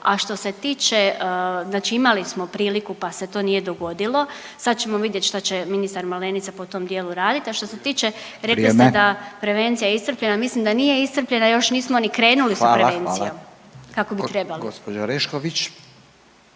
A što se tiče, znači imali smo priliku pa se to nije dogodilo, sad ćemo vidjeti šta će ministar Malenica po tom dijelu raditi. A što se tiče, rekli ste …/Upadica: Vrijeme./… da je prevencija iscrpljena, mislim da nije iscrpljena još nismo ni krenuli s prevencijom …/Upadica: Hvala, hvala./… kako bi trebali. **Radin, Furio